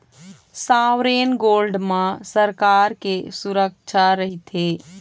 sovereign gold म सरकार के सुरक्छा रहिथे